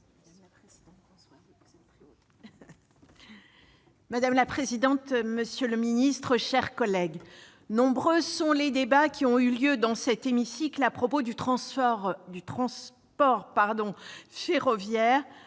Madame la présidente, monsieur le secrétaire d'État, mes chers collègues, nombreux sont les débats qui ont eu lieu dans cet hémicycle à propos du transport ferroviaire.